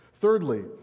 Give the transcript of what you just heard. Thirdly